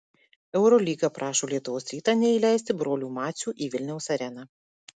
eurolyga prašo lietuvos rytą neįleisti brolių macių į vilniaus areną